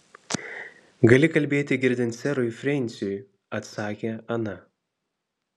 gali kalbėti girdint serui frensiui atsakė ana